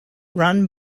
run